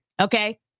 okay